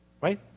right